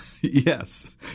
Yes